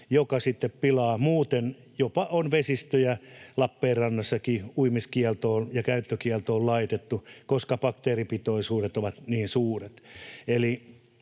joka pilaa muuten — jopa on vesistöjä Lappeenrannassakin uimiskieltoon ja käyttökieltoon laitettu, koska bakteeripitoisuudet ovat niin suuret.